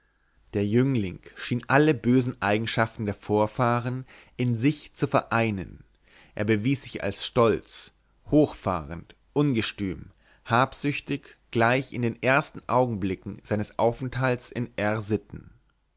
der jüngling schien alle bösen eigenschaften der vorfahren in sich zu vereinen er bewies sich als stolz hochfahrend ungestüm habsüchtig gleich in den ersten augenblicken seines aufenthalts in r sitten